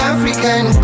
African